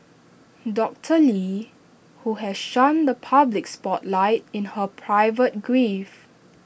doctor lee who has shunned the public spotlight in her private grief